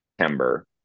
September